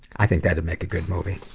i think that'd make a good movie.